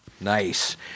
Nice